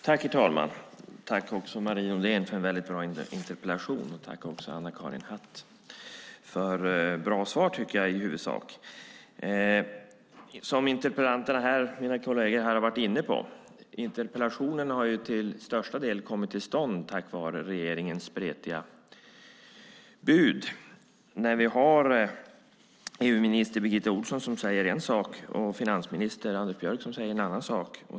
Herr talman! Jag tackar Marie Nordén för en väldigt bra interpellation och Anna-Karin Hatt för i huvudsak bra svar. Som mina kolleger i debatten varit inne på har interpellationen till största del kommit till stånd på grund av regeringens spretiga bud. EU-minister Birgitta Ohlsson säger en sak och finansminister Anders Borg säger en annan.